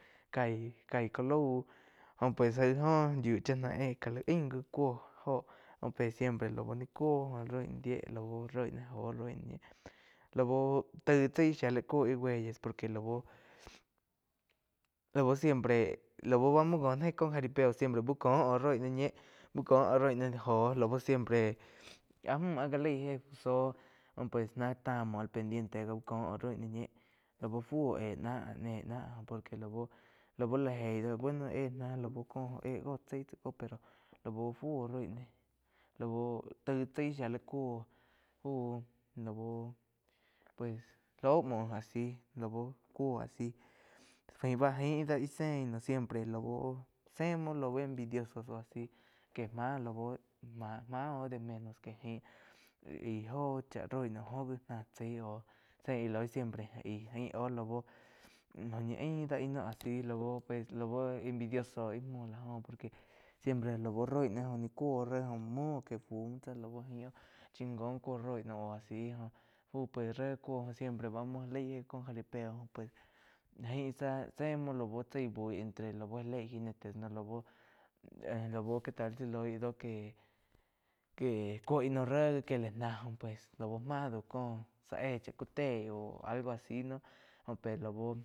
Caig ká laú jo pues jain óh yíu chá náh ain, ain ká la ain gi cúo óho pe siempre lau ni cúo roi ná die lau roi ná jo roi ná die lau taig chaí shía la cúo ih weyes por que lau, lau siempre lau bá muo ngo ná éh cóh jaripeo siempre úh có oh roi ná ñie bú có óh roi ná Jo lau siempre áh múh áh já lai éh zo óh pues náh a muo al pendiente úh có oh roi ná ñie lau fu oh éh náh. Por que lau la eig doh lau éh ná lua eh goh chai pero lau fu oh roi nah lau taig chai shia la cuo fu lau pues le muo a si lau cúo asi fáin bá jain dá ih sein siempre lau ze muo lau envidiosos óh a si que má lau ma, ma oh de menos que jaín íh óh cha roi naum oh gi ná chai óh sein íh lo siempre jain óh lau óh ñi ain dá íh noh lau-lau envidiosos íh muo la joh por que siempre lau roi ná oh ni cúo oh re óh ni múo oh ke bu lau jain óh chingon cuo roi naum oh asi joh fu pe ré cuo siempre bá muo já leig éh có jaripeo pues jain zá se muo la bu chái bui lau entre já lei jinete lau-lau que tal si loí íh do que, que cuo ih noh ré gi que la nah pues lau máh dau cóh zá éh chá ku teí oh algo asi no oh pe lau.